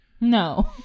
No